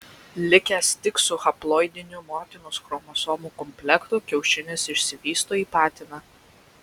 likęs tik su haploidiniu motinos chromosomų komplektu kiaušinis išsivysto į patiną